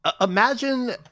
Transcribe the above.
Imagine